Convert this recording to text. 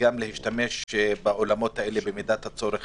וגם להשתמש באולמות האלה במידת הצורך